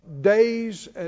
days